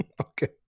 Okay